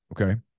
okay